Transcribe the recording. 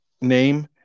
name